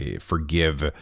forgive